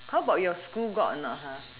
how about your school got or not ah